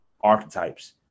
archetypes